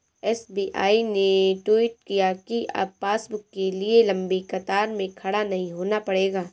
SBI ने tweet किया कि अब पासबुक के लिए लंबी कतार में खड़ा नहीं होना पड़ेगा